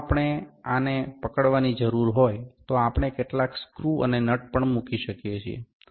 જો આપણે આને પકડવાની જરૂર હોય તો આપણે કેટલાક સ્ક્રૂ અને નટ પણ મૂકી શકીએ છીએ